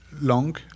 long